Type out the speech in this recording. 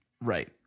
Right